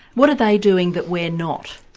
what are they doing that we're not?